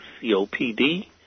COPD